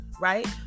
right